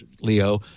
leo